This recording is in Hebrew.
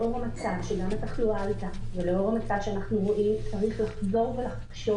לאור המצב שגם התחלואה עלתה צריך לחזור ולחשוב